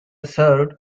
served